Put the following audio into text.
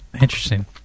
Interesting